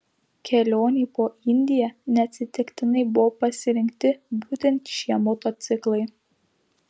kelionei po indiją neatsitiktinai buvo pasirinkti būtent šie motociklai